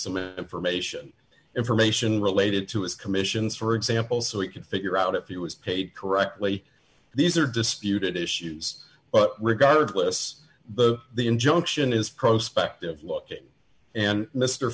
information information related to his commissions for example so we can figure out if it was paid correctly these are disputed issues but regardless the the injunction is prospect of looking and mr